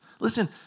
Listen